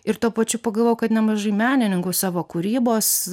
ir tuo pačiu pagalvojau kad nemažai menininkų savo kūrybos